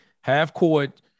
half-court